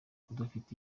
udafite